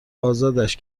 ازادش